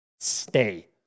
Stay